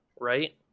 right